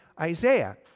Isaiah